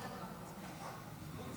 על מנהלת מחלקה בבית החולים